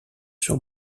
sur